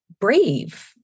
brave